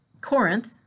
Corinth